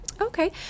Okay